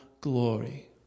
glory